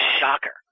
shocker